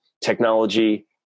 technology